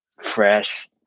fresh